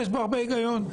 ויש בו הרבה היגיון.